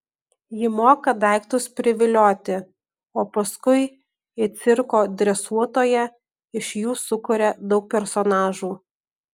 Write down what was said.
ji moka daiktus privilioti o paskui it cirko dresuotoja iš jų sukuria daug personažų